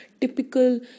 typical